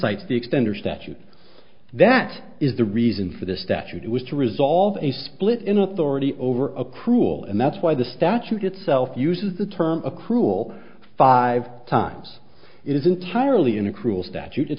cites the extent or statute that is the reason for this statute was to resolve a split in authority over a cruel and that's why the statute itself uses the term of cruel five times it is entirely in a cruel statute